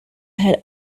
had